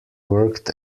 worked